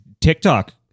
TikTok